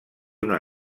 una